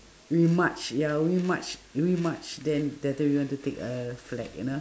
we march ya we march we march then then after that we went to take a flag you know